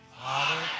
Father